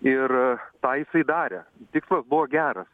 ir tą jisai darė tikslas buvo geras